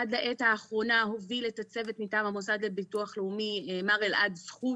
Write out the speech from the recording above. עד העת האחרונה הוביל את הצוות מטעם המוסד לביטוח לאומי מר אלעד זכות,